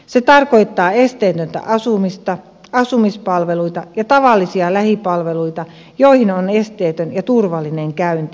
se tarkoittaa esteetöntä asumista asumispalveluita ja tavallisia lähipalveluita joihin on esteetön ja turvallinen käynti